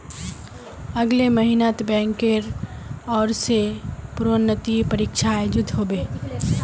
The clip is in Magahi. अगले महिनात बैंकेर ओर स प्रोन्नति परीक्षा आयोजित ह बे